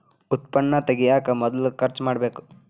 ಉತ್ಪನ್ನಾ ತಗಿಯಾಕ ಮೊದಲ ಖರ್ಚು ಮಾಡಬೇಕ